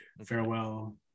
Farewell